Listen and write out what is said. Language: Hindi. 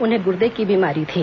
उन्हें गुर्दे की बीमारी थी